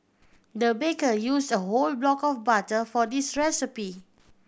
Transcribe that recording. the baker use a whole block of butter for this recipe